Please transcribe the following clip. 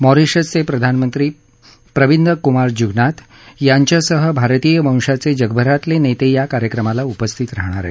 Mauritius चे प्रधानमंत्री प्रविदकुमार जुगनाथ यांच्यासह भारतीय वंशाचे जगभरातले नेते या कार्यक्रमाला उपस्थित राहणार आहेत